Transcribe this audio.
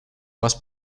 was